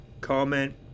comment